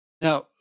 Now